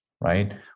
right